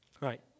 right